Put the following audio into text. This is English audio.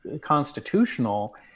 constitutional